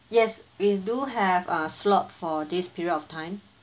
yes we do have a slot for this period of time